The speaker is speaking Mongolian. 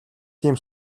тийм